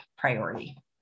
Priority